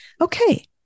Okay